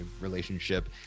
relationship